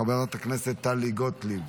חברת הכנסת טלי גוטליב,